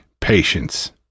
Patience